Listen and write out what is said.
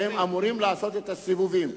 שאמורים לעשות את הסיבובים.